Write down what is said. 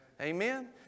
Amen